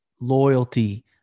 loyalty